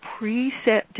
preset